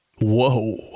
Whoa